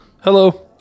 Hello